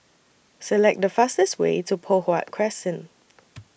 Select The fastest Way to Poh Huat Crescent